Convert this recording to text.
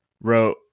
wrote